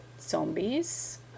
zombies